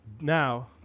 Now